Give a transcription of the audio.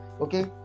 okay